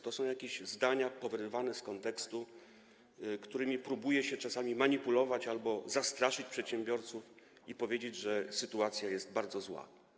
To są jakieś zdania powyrywane z kontekstu, którymi próbuje się czasami manipulować albo zastraszyć przedsiębiorców i powiedzieć, że sytuacja jest bardzo zła.